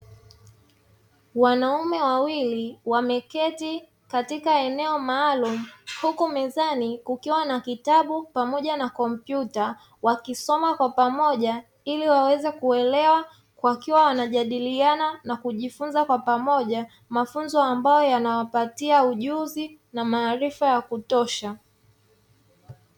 Wanaume wawili wameketi katika eneo maalumu, huku mezani kukiwa na kitabu pamoja na komputa, wakisoma kwa pamoja ili waweze kuelewa, wakiwa wanajadiliana na kujifunza kwa pamoja, mafunzo ambayo yanawapatia ujuzi na maarifa ya kutosha,